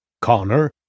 Connor